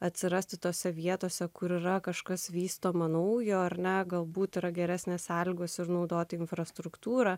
atsirasti tose vietose kur yra kažkas vystomą naujo ar ne galbūt yra geresnės sąlygos ir naudoti infrastruktūrą